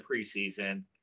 preseason